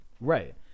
Right